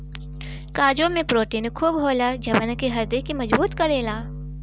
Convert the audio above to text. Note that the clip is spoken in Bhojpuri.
काजू में प्रोटीन खूब होला जवन की हड्डी के मजबूत करेला